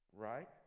right